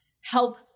help